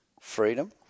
freedom